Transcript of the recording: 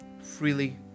freely